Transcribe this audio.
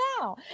now